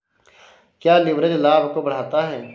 क्या लिवरेज लाभ को बढ़ाता है?